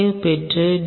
ஏவைப் பெற்று டி